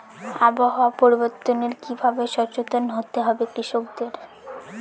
আবহাওয়া পরিবর্তনের কি ভাবে সচেতন হতে হবে কৃষকদের?